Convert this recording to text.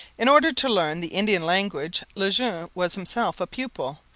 in order to learn the indian language le jeune was himself a pupil,